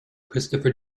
christopher